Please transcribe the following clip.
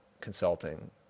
consulting